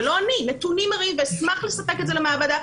ולא אני אלא נתונים מראים ואשמח לספק את זה לוועדה,